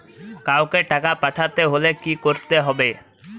কাওকে টাকা পাঠাতে হলে কি করতে হবে?